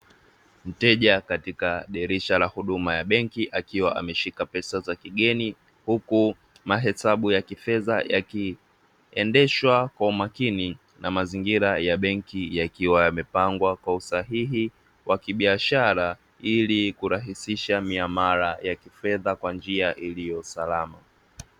Mteja katika dirisha la huduma ya benki akiwa ameshika pesa za kigeni huku mahesabu ya kifedha yakiendeshwa kwa umakini; na mazingira ya benki yakiwa yamepangwa kwa usahihi wa kibiashara ili kurahisisha miamala ya kifedha kwa njia iliyo salama.